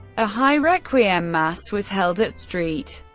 a high requiem mass was held at st.